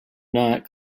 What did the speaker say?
not